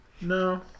No